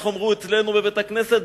איך אמרו אצלנו בבית-הכנסת?